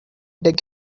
dig